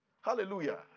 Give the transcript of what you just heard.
Hallelujah